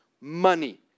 money